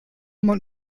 man